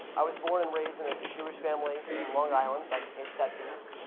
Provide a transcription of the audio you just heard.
i was born and raised in a jewish family in long island that hates tattoos.